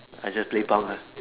I just play punk lah